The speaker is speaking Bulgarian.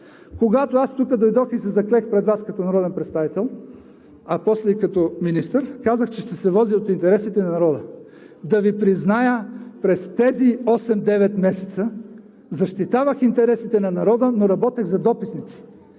Когато аз дойдох тук и се заклех като народен представител, а после като министър, казах, че ще се водя от интересите на народа. Да Ви призная: през тези осем – девет месеца защитавах интересите на народа, но работех за дописници.